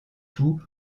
tout